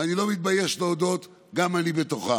ואני לא מתבייש להודות: גם אני בתוכם.